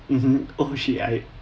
mmhmm oh shit I